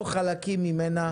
או חלקים ממנה,